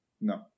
no